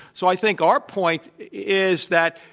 so i think our point is that,